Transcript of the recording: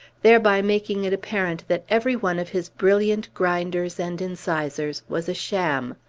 thereby making it apparent that every one of his brilliant grinders and incisors was a sham.